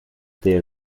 their